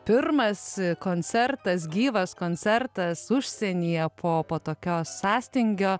pirmas koncertas gyvas koncertas užsienyje po po tokio sąstingio